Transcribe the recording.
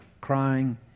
crying